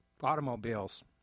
automobiles